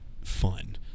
fun